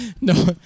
No